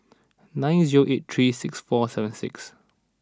nine zero eight three six four seven six